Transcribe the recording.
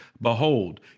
behold